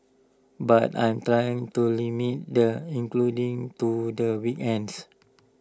but I trying to limit the including to the weekends